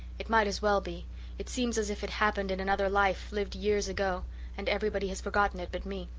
it might as well be it seems as if it happened in another life lived years ago and everybody has forgotten it but me.